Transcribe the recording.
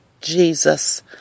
Jesus